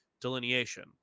delineation